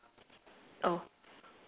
oh